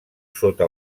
sota